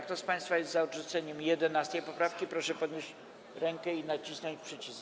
Kto z państwa jest za odrzuceniem 11. poprawki, proszę podnieść rękę i nacisnąć przycisk.